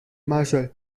marshal